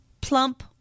plump